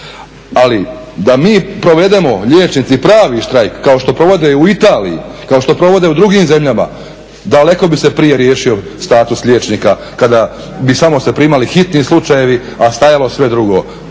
Ali da mi provedemo liječnici pravi štrajk kao što provode i u Italiji, kao što provode u drugim zemljama, daleko bi se prije riješio status liječnika kada bi se samo primali hitni slučajevi, a stajalo sve drugo